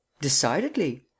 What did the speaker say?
Decidedly